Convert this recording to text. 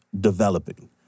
developing